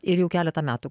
ir jau keletą metų